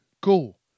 Cool